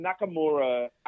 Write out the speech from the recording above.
Nakamura